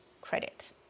credit